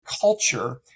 culture